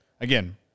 Again